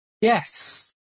Yes